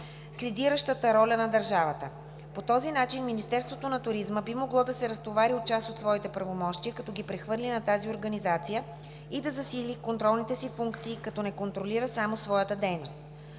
с лидиращата роля на държавата. По този начин Министерството на туризма би могло да се разтовари от част от своите правомощия, като ги прехвърли на тази организация, и да засили контролните си функции, като не контролира само своята дейност.